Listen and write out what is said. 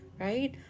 right